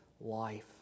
life